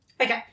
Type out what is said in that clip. Okay